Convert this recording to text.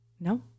No